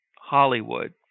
Hollywood